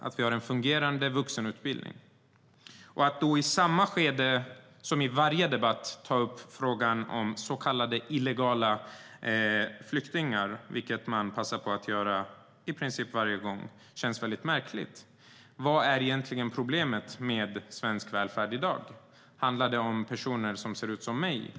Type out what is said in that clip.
Att då i princip i varje debatt ta upp frågan om så kallade illegala flyktingar känns väldigt märkligt. Vad är egentligen problemet i svensk välfärd i dag? Handlar det om personer som ser ut som jag?